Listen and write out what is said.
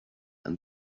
and